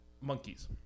monkeys